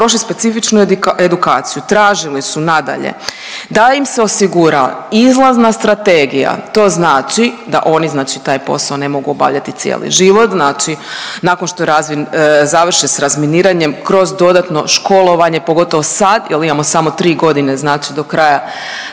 prošli specifičnu edukaciju. Tražili su nadalje da im se osigura izlazna strategija, to znači da oni znači taj posao ne mogu obavljati cijeli život, znači nakon što završe s razminiranjem kroz dodatno školovanje, pogotovo sad jel imamo samo 3.g. znači do kraja